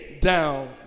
down